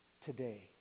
today